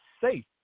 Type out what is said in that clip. safe